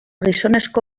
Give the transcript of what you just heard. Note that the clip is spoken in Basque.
gizonezko